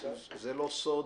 זה לא סוד